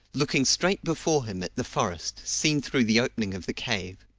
looking straight before him at the forest, seen through the opening of the cave.